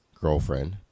girlfriend